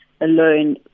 alone